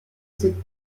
cette